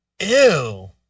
ew